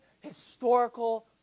historical